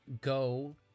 go